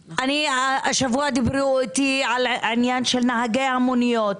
השבוע דיברו איתי על העניין של נהגי המוניות,